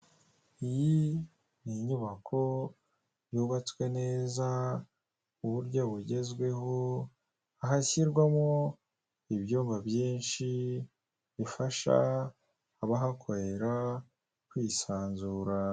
Iyi ni inyubako yubatswe neza mu uburyo bugezweho ahashyirwamo ibyumba byinshi bifasha abahakorera kwisanzura.